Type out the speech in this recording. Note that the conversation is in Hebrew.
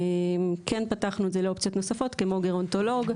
כן פתחנו את זה לאופציות נוספות כמו גרונטולוג.